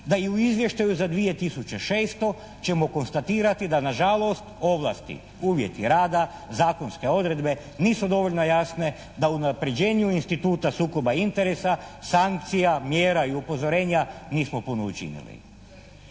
da i u izvještaju za 2006. ćemo konstatirati da na žalost ovlasti, uvjeti rada, zakonske odredbe nisu dovoljno jasne da u unapređenju instituta sukoba interesa sankcija mjera i upozorenja nismo puno učinili.